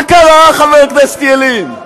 מה קרה, חבר הכנסת ילין?